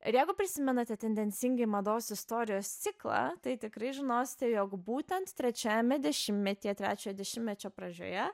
ir jeigu prisimenate tendencingai mados istorijos ciklą tai tikrai žinosite jog būtent trečiajame dešimtmetyje trečiojo dešimtmečio pradžioje